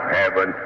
heaven